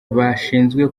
bashinzwe